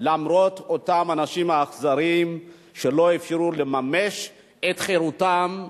למרות אותם אנשים אכזרים שלא אפשרו להם לממש את חירותם,